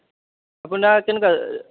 আপোনাৰ কেনেকুৱা